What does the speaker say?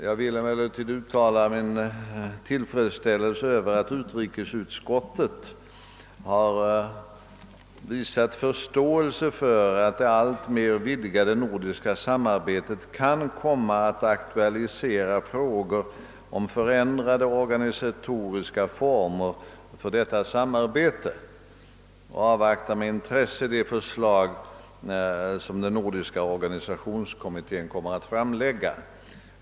Jag vill uttala min tillfredsställelse över att utrikesutskottet har visat förståelse för att det alltmer vidgade nordiska samarbetet kan komma att aktualisera frågor om förändrade organisatoriska former för samarbetet. Utskottet avvaktar med intresse de förslag som Nordiska organisationskommittén kommer att framlägga.